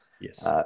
yes